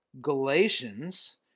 Galatians